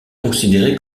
considéré